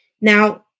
Now